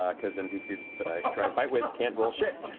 um because npcs that i try and fight with can't roll shit.